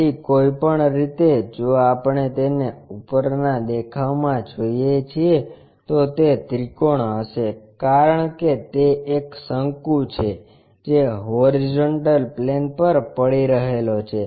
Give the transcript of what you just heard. પછી કોઈપણ રીતે જો આપણે તેને ઉપરનાં દેખાવમાં જોઈએ છીએ તો તે ત્રિકોણ હશે કારણ કે તે એક શંકુ છે જે હોરીઝોન્ટલ પ્લેન પર પડી રહેલો છે